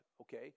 okay